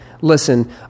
listen